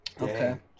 Okay